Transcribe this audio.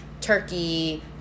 turkey